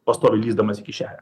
pastoviai lįsdamas į kišenę